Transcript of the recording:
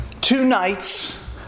two-nights